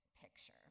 picture